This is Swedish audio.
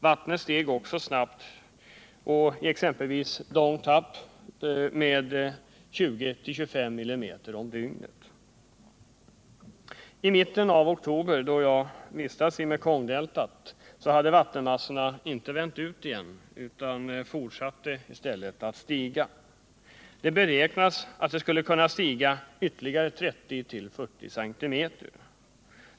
Vattnet steg också snabbt, i exempelvis Dong Thap med 20-25 mm per dygn. I mitten av oktober, då jag vistades i Mekongdeltat, hade vattenmassorna inte vänt ut igen utan fortsatte i stället att stiga. Det beräknades att vattenståndet skulle kunna stiga ytterligare 30-40 cm.